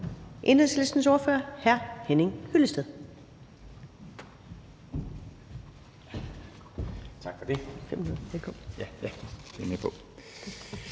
Enhedslistens ordfører, hr. Henning Hyllested.